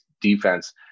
defense